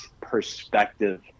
perspective